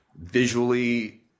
visually